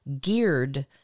geared